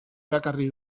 erakarri